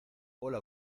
hola